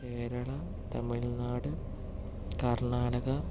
Keralam Tamil Nadu Karnataka